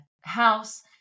house